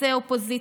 חוצה אופוזיציה,